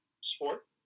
sport